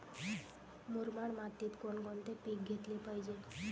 मुरमाड मातीत कोणकोणते पीक घेतले पाहिजे?